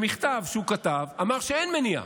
במכתב שהוא כתב, אמר שאין מניעה.